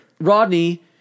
Rodney